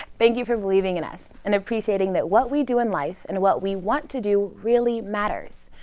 thank you for believing in us and appreciating that what we do in life and what we want to do really matters.